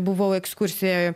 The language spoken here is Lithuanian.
buvau ekskursijoj